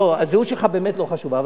לא, הזהות שלך באמת לא חשובה.